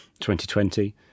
2020